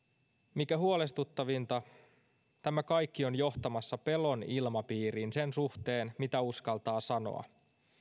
mikä huolestuttavinta tämä kaikki on johtamassa pelon ilmapiiriin sen suhteen mitä uskaltaa sanoa